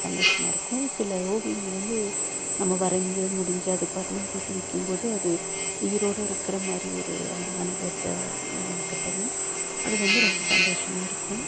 சந்தோஷமாக இருக்கும் சில ஓவியங்கள் வந்து நம்ம வரைந்து முடிஞ்சு அதுக்கு வர்ணம் தீட்டி வைக்கும் போது அது அது உயிரோட இருக்கிற மாதிரி ஒரு அ அனுபவத்தை எனக்குத்தரும் அது வந்து ரொம்ப சந்தோஷமாக இருக்கும்